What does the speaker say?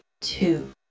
two